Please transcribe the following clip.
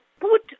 put